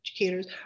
educators